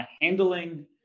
handling